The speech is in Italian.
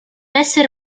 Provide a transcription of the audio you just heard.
essere